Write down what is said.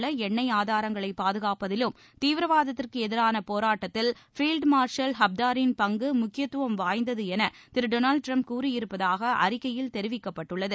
உள்ள எண்ணெய் தீவிரவாதத்திற்கு லிபியாவில் எதிரான போராட்டத்தில் பில்டு மார்சல் ஹப்தாரின் பங்கு முக்கியத்துவம் வாய்ந்தது என திரு டொனால்டு டிரம்ப் கூறியிருப்பதாக அறிக்கையில் தெரிவிக்கப்பட்டுள்ளது